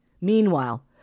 Meanwhile